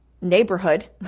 neighborhood